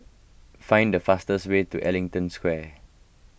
find the fastest way to Ellington Square